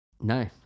no